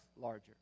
larger